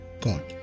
God